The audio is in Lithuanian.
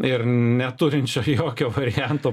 ir neturinčio jokio varianto